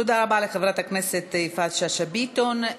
תודה רבה לחברת הכנסת יפעת שאשא-ביטון.